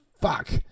fuck